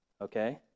okay